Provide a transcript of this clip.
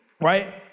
right